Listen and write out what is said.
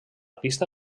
pista